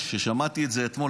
כששמעתי את זה אתמול,